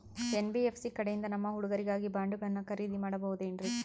NBFC ಕಡೆಯಿಂದ ನಮ್ಮ ಹುಡುಗರಿಗಾಗಿ ಬಾಂಡುಗಳನ್ನ ಖರೇದಿ ಮಾಡಬಹುದೇನ್ರಿ?